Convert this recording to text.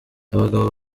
abagabo